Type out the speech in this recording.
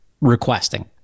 requesting